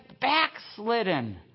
backslidden